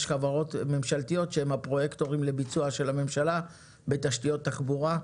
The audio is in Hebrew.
חברות ממשלתיות שהן הפרויקטורים לביצוע של הממשלה בתשתיות תחבורה.